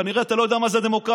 כנראה אתה לא יודע מהי דמוקרטיה.